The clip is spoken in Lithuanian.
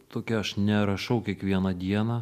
tokia aš nerašau kiekvieną dieną